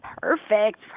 Perfect